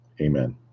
Amen